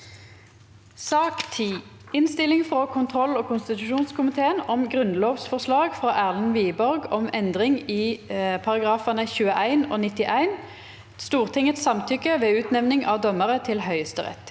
Innstilling fra kontroll- og konstitusjonskomiteen om Grunnlovsforslag fra Erlend Wiborg om endring i §§ 21 og 91 (Stortingets samtykke ved utnevning av dommere til Høyesterett)